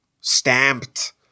stamped